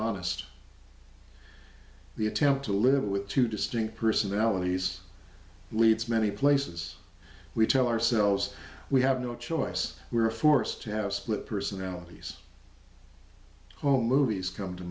honest the attempt to live with two distinct personalities leads many places we tell ourselves we have no choice we are forced to have split personalities oh movies come to